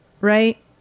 right